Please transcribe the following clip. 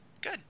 good